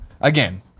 again